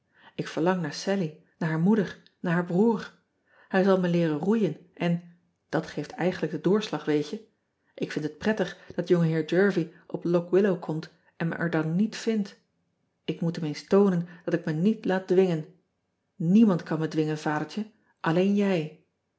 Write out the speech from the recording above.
k verlang naar allie naar haar moeder naar haar broer ij zal me leeren roeien en dat geeft eigenlijk den doorslag weet je ik vind het prettig dat ongeheer ervie op ock illow komt en me er dan niet vindt k moet hem eens toonen dat ik me niet laat dwingen iemand kan me dwingen adertje alleen jij